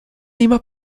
lima